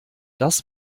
das